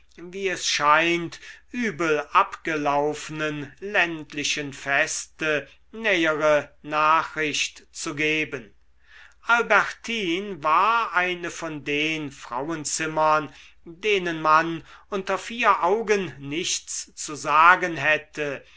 wie es scheint übel abgelaufenen ländlichen feste nähere nachricht zu geben albertine war eine von den frauenzimmern denen man unter vier augen nichts zu sagen hätte